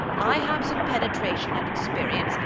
i have some penetration and experience,